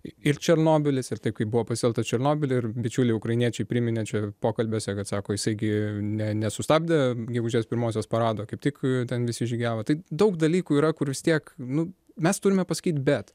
i ir černobylis ir taip kaip buvo pasielgta černobyly ir bičiuliai ukrainiečiai priminė čia pokalbiuose kad sako jisai gi ne nesustabdė gegužės pirmosios parado kaip tik ten visi žygiavo tai daug dalykų yra kur vis tiek nu mes turime pasakyti bet